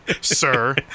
sir